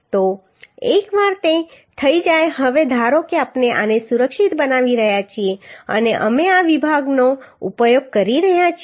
તો એકવાર તે થઈ જાય હવે ધારો કે આપણે આને સુરક્ષિત બનાવી રહ્યા છીએ અને અમે આ વિભાગનો ઉપયોગ કરી રહ્યા છીએ